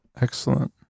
excellent